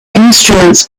instruments